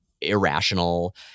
irrational